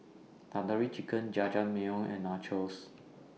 Tandoori Chicken Jajangmyeon and Nachos